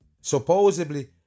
Supposedly